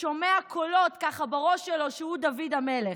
ושומע קולות, ככה, בראש שלו שהוא דוד המלך.